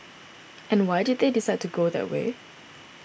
and why did they decide to go that way